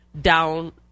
down